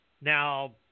now